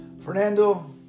Fernando